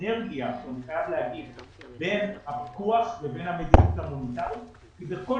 הסינרגיה בין הלקוח לבין המדיניות המוניטרית כי בכל